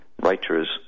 writers